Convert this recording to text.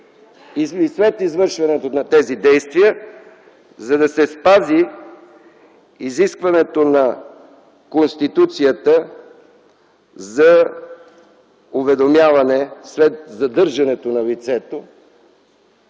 и след извършването на тези действия, за да се спази изискването на Конституцията за уведомяване след задържането на лицето